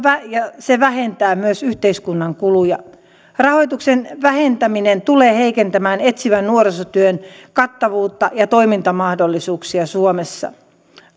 ja se vähentää myös yhteiskunnan kuluja rahoituksen vähentäminen tulee heikentämään etsivän nuorisotyön kattavuutta ja toimintamahdollisuuksia suomessa